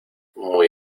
muy